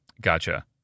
Gotcha